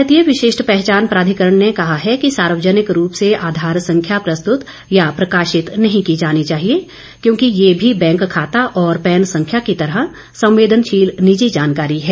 भारतीय विशिष्ट पहचान प्राधिकरण ने कहा है कि सार्वजनिक रूप से आधार संख्या प्रस्तृत या प्रकाशित नहीं की जानी चाहिए क्योंकि यह भी बैंक खाता और पैन संख्या की तरह संवदेनशील निजी जानकारी है